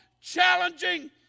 challenging